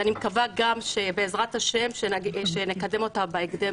ואני מקווה שבעזרת השם נקדם אותה בהקדם